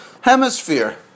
hemisphere